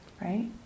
right